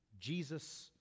Jesus